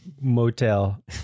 Motel